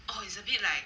oh is a bit like